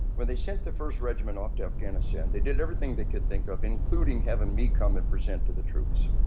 when they sent the first regiment off to afghanistan they did everything they could think of including having me come and present to the troops.